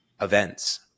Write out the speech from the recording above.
events